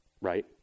right